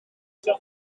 een